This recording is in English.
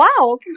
wow